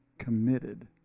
committed